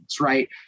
right